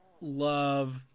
love